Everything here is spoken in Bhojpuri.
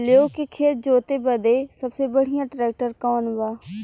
लेव के खेत जोते बदे सबसे बढ़ियां ट्रैक्टर कवन बा?